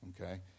okay